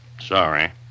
sorry